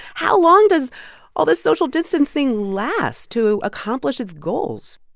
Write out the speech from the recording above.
how long does all this social distancing last to accomplish its goals?